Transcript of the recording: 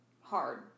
hard